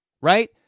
right